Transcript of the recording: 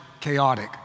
chaotic